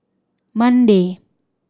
Monday